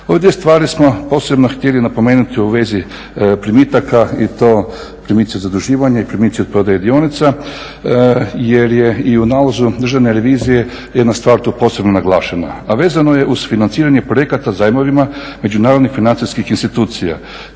dvije stvari smo posebno htjeli napomenuti u vezi primitaka i to primici zaduživanja i primici od prodaje dionica jer je i u nalazu državne revizije jedna stvar tu posebno naglašena a vezano je uz financiranje projekata zajmovima međunarodnih financijskih institucija.